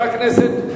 חבר הכנסת נסים זאב,